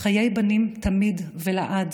חיי בנים תמיד ולעד